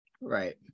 Right